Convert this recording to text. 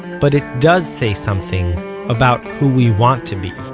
but it does say something about who we want to be